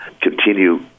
continue